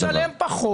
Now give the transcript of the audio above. אני משלם פחות.